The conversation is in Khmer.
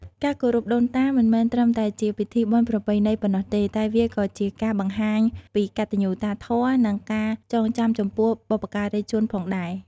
ការគោរពដូនតាមិនមែនត្រឹមតែជាពិធីបុណ្យប្រពៃណីប៉ុណ្ណោះទេ តែវាក៏ជាការបង្ហាញពីកតញ្ញូតាធម៌ និងការចងចាំចំពោះបុព្វការីជនផងដែរ។